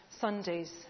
Sundays